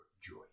joy